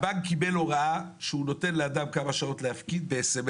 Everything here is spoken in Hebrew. הבנק קיבל הוראה שהוא נותן לאדם כמה שעות להפקיד כסף,